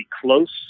close